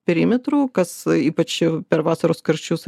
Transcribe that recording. perimetru kas ypač per vasaros karščius